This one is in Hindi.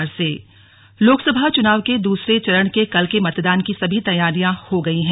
लोकसभा चुनाव दूसरा चरण लोकसभा चुनाव के दूसरे चरण के कल के मतदान की सभी तैयारियां हो गई हैं